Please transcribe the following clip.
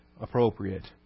appropriate